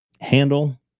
handle